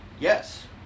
yes